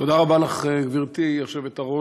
תודה רבה לך, גברתי היושבת-ראש.